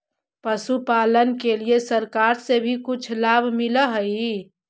पशुपालन के लिए सरकार से भी कुछ लाभ मिलै हई?